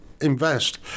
invest